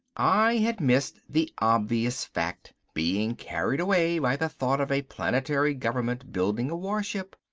i had missed the obvious fact, being carried away by the thought of a planetary government building a warship.